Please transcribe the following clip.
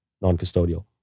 non-custodial